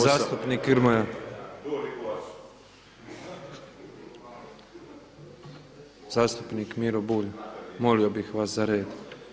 Zastupnik Grmoja, zastupnik Miro Bulj, molio bih vas za red.